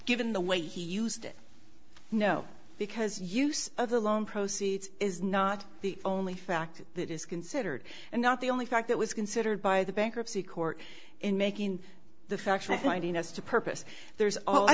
given the way he used it no because use of the loan proceeds is not the only factor that is considered and not the only fact that was considered by the bankruptcy court in making the factual finding as to purpose there